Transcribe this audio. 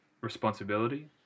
responsibility